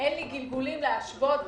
שאין גלגולים להשוות.